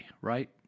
right